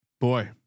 boy